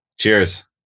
Cheers